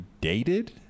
dated